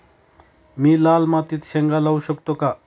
मी लाल मातीत शेंगा लावू शकतो का?